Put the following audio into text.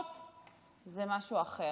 זה משהו אחר.